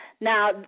Now